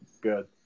good